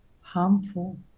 harmful